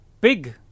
Pig